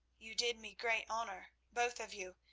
you did me great honour, both of you,